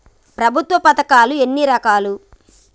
ప్రభుత్వ పథకాలు ఎన్ని రకాలు?